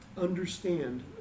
understand